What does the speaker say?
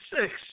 six